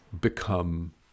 become